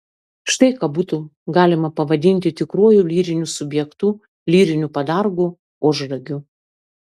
štai ką būtų galima pavadinti tikruoju lyriniu subjektu lyriniu padargu ožragiu